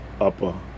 upper